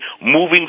moving